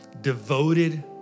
devoted